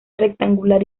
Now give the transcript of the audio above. rectangular